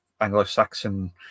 Anglo-Saxon